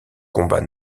combat